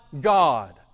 god